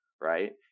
right